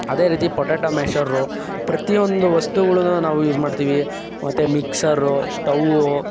ಅದೇ ರೀತಿ potato masher ಪ್ರತಿಯೊಂದು ವಸ್ತುಗಳನ್ನ ನಾವು ಯೂಸ್ ಮಾಡ್ತೀವಿ ಮತ್ತೆ ಮಿಕ್ಸರ್ ಸ್ಟವ್